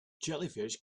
jellyfish